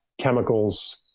chemicals